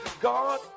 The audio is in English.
God